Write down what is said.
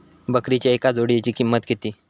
बकरीच्या एका जोडयेची किंमत किती?